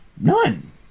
None